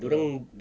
dorang